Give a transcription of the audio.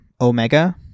Omega